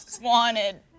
wanted